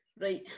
Right